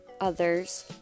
others